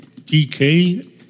DK